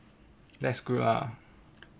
that's good ah